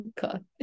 God